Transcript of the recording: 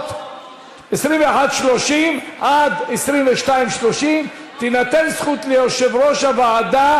מ-21:30 עד 22:30 תינתן זכות ליושב-ראש הוועדה